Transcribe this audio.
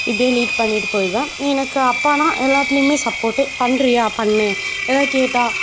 இப்படியே லீட் பண்ணிகிட்டு போய்டுவேன் எனக்கு அப்பான்னா எல்லாத்திலேயுமே சப்போர்ட் பண்ணுறியா பண்ணு ஏதாவது கேட்டால்